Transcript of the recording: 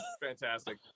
Fantastic